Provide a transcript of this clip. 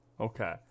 Okay